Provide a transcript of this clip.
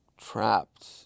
trapped